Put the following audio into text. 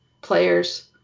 players